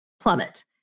plummet